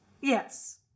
Yes